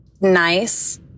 nice